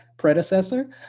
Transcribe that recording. Predecessor